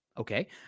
okay